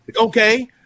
Okay